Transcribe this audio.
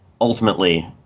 ultimately